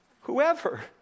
Whoever